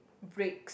breaks